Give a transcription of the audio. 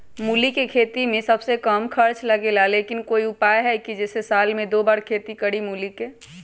मूली के खेती में सबसे कम खर्च लगेला लेकिन कोई उपाय है कि जेसे साल में दो बार खेती करी मूली के?